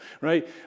right